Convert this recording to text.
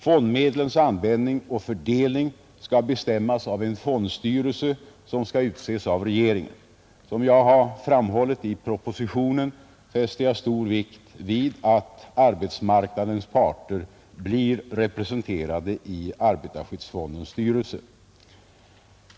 Fondmedlens användning och fördelning skall bestämmas av en fondstyrelse, som skall utses av regeringen. Som jag har framhållit i propositionen fäster jag stor vikt vid att arbetsmarknadens parter blir representerade i arbetarskyddsfondens styrelse.